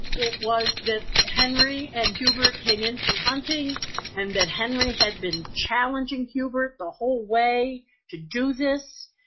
it was that henry and juber came in from hunting and that henry had been challenging cuber the whole way to do this,